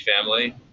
family